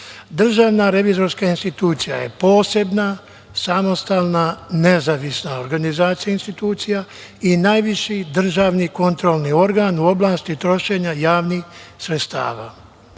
Državna revizorska institucija je posebna, samostalna, nezavisna organizacija i institucija i najviši državni kontrolni organ u oblasti trošenja javnih sredstava.U